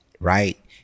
right